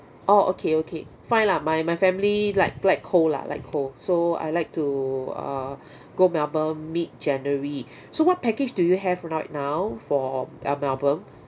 orh okay okay fine lah my my family like like cold lah like cold so I like to err go melbourne mid january so what package do you have right now for uh melbourne